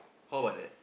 how about that